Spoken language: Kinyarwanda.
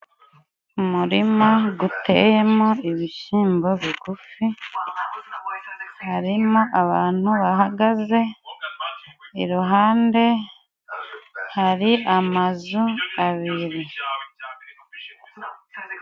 Umurima guteyemo ibishimbo bigufi, harimo abantu bahagaze, iruhande hari amazu abiri.